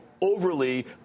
overly